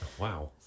wow